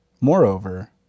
Moreover